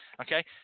Okay